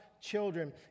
children